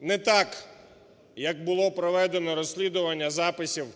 Не так, як було проведено розслідування записів